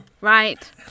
Right